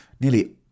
nearly